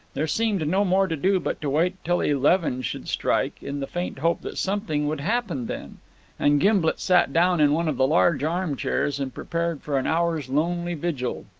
there seemed no more to do but to wait till eleven should strike, in the faint hope that something would happen then and gimblet sat down in one of the large arm-chairs and prepared for an hour's lonely vigil.